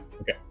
Okay